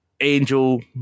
Angel